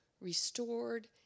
restored